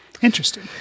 Interesting